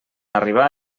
arribar